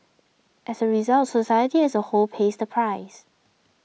as a result society as a whole pays the price